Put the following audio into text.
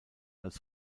als